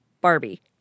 Barbie